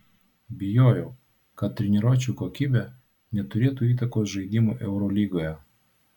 bijojau kad treniruočių kokybė neturėtų įtakos žaidimui eurolygoje